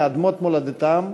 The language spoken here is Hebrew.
מאדמות מולדתם,